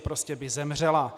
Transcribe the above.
Prostě by zemřela.